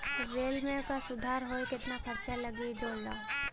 rail में का सुधार होई केतना खर्चा लगी इ जोड़ला